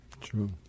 True